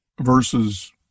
versus